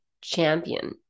champion